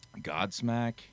Godsmack